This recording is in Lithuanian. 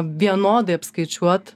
vienodai apskaičiuot